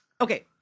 Okay